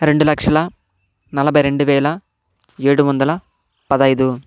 రెండు లక్షల నలభై రెండు వేల ఏడు వందల పదైదు